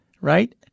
right